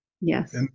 yes